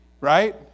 Right